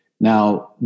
Now